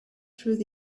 through